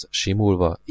simulva